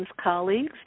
colleagues